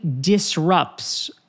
disrupts